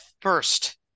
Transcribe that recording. first